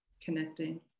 connecting